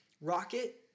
Rocket